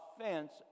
offense